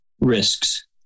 risks